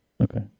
Okay